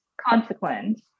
consequence